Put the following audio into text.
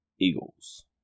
Eagles